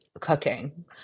cooking